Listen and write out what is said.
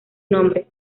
nombre